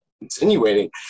insinuating